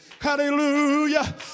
hallelujah